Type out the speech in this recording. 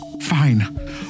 fine